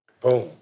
Boom